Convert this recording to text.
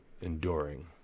enduring